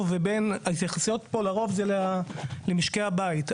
ולרוב ההתייחסות פה הן למשקי הבית.